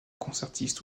concertiste